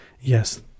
yes